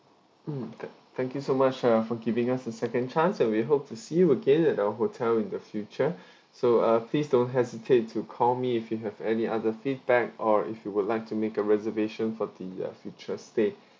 mm tha~ thank you so much uh for giving us a second chance and we hope to see you again at our hotel in the future so uh please don't hesitate to call me if you have any other feedback or if you would like to make a reservation for the uh future stay